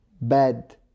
bad